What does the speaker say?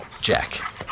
Jack